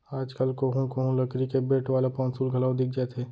आज कल कोहूँ कोहूँ लकरी के बेंट वाला पौंसुल घलौ दिख जाथे